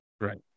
Right